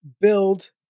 build